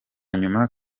nyuma